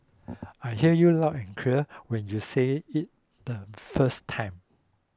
I hear you loud and clear when you said it the first time